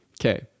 okay